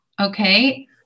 Okay